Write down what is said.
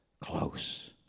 close